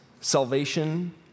Salvation